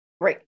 Great